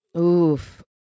Oof